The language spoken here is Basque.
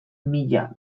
mila